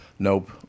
Nope